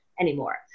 anymore